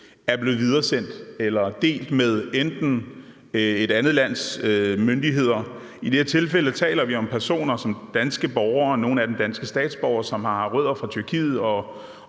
er blevet videresendt eller delt med et andet lands myndigheder. I det her tilfælde taler vi om danske borgere, nogle af dem danske statsborgere, som har rødder i Tyrkiet,